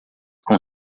com